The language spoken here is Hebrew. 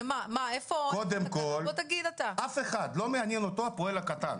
את אף אחד לא מעניין הפועל הקטן,